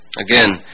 Again